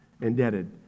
indebted